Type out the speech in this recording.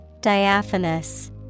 Diaphanous